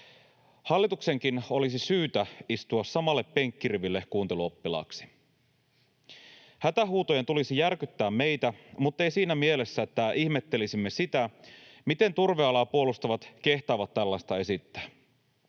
Hallituksenkin olisi syytä istua samalle penkkiriville kuunteluoppilaaksi. Hätähuutojen tulisi järkyttää meitä, mutta ei siinä mielessä, että ihmettelisimme sitä, miten turvealaa puolustavat kehtaavat tällaista esittää.